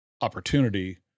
opportunity